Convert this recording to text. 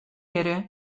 ere